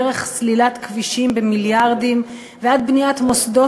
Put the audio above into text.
דרך סלילת כבישים במיליארדים ועד בניית מוסדות